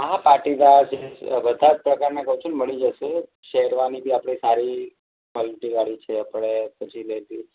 હા પાટીદાર જીન્સ બધા જ પ્રકારના કહું છું ને મળી જશે શેરવાની બી આપણી સારી મલ્ટીવાળી છે આપણે પછી લેડીઝ